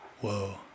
Whoa